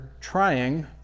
trying